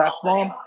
platform